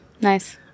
Nice